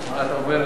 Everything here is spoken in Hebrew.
הסרה.